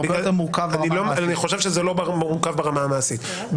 אני חושב שזה לא מורכב ברמה המעשית.